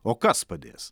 o kas padės